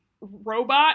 robot